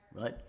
Right